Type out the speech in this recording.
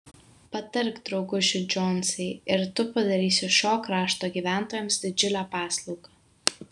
patark drauguži džonsai ir tu padarysi šio krašto gyventojams didžiulę paslaugą